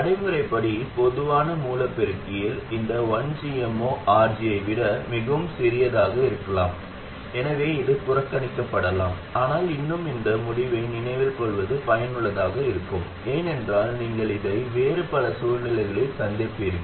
நடைமுறைப்படி பொதுவான மூல பெருக்கியில் இந்த 1gm0 RG ஐ விட மிகவும் சிறியதாக இருக்கலாம் எனவே இது புறக்கணிக்கப்படலாம் ஆனால் இன்னும் இந்த முடிவை நினைவில் கொள்வது பயனுள்ளதாக இருக்கும் ஏனென்றால் நீங்கள் இதை வேறு பல சூழ்நிலைகளில் சந்திப்பீர்கள்